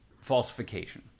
falsification